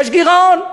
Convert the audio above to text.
יש גירעון.